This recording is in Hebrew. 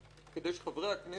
כדי שחברי הכנסת